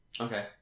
Okay